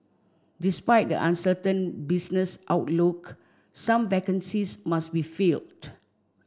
despite the uncertain business outlook some vacancies must be filled